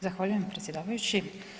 Zahvaljujem predsjedavajući.